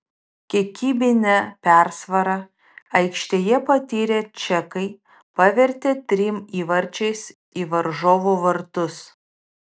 kiekybinę persvarą aikštėje patyrę čekai pavertė trim įvarčiais į varžovų vartus